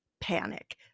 panic